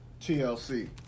TLC